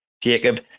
Jacob